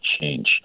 change